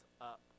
up